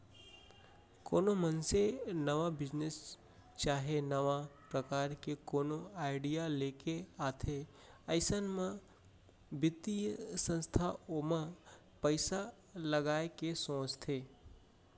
कोनो मनसे नवा बिजनेस चाहे नवा परकार के कोनो आडिया लेके आथे अइसन म बित्तीय संस्था ओमा पइसा लगाय के सोचथे